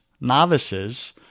novices